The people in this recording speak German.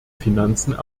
finanzen